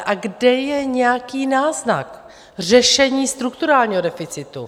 A kde je nějaký náznak řešení strukturální deficitu?